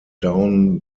down